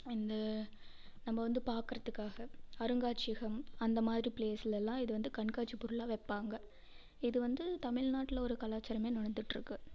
இந்த நம்ம வந்து பார்க்கறத்துக்காக அருங்காட்சியகம் அந்த மாதிரி பிளேஸ்லெலாம் இது வந்து கண்காட்சி பொருளாக வைப்பாங்க இது வந்து தமிழ்நாட்டில் ஒரு கலாச்சாரமே நடந்துட்ருக்குது